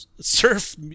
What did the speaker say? surf